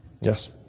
Yes